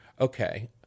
okay